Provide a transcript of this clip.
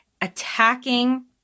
attacking